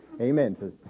Amen